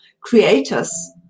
creators